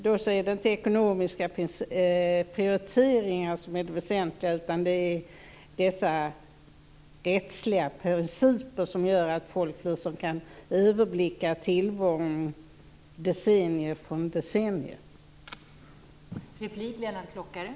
Då är inte ekonomiska prioriteringar det väsentliga, utan det handlar om rättsliga principer som gör att folk liksom kan överblicka tillvaron från decennium till decennium.